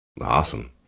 Awesome